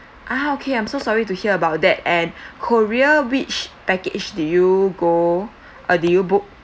ah okay I'm so sorry to hear about that and korea which package did you go uh did you book